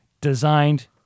designed